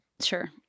Sure